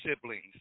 siblings